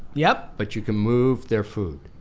yeah but you can move their food.